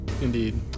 indeed